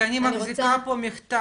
כי אני מחזיקה פה מכתב.